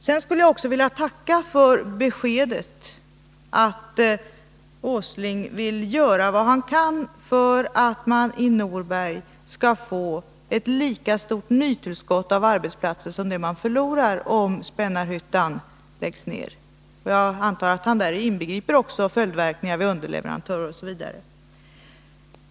Sedan skulle jag också vilja tacka för beskedet att herr Åsling vill göra vad han kan för att man i Norberg skall få ett nytillskott av arbetsplatser som är lika stort som det antal man förlorar om Spännarhyttan läggs ned. Jag antar att han däri också inbegriper följdverkningarna för underleverantörer OSV.